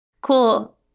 Cool